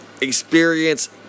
experience